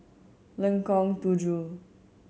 Lengkong Tujuh